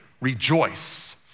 Rejoice